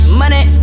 money